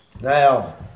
Now